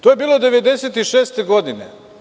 To je bilo 1996. godine.